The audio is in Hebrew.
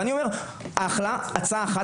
ואני אומר אחלה הצעה אחת,